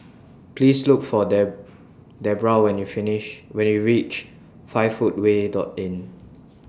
Please Look For Dedra when YOU finish when YOU REACH five Footway Inn